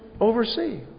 oversee